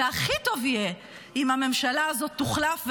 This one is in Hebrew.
והכי טוב יהיה אם הממשלה הזאת תוחלף,